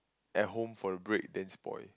at home for a break then spoil